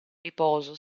riposo